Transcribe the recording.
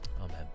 Amen